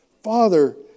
Father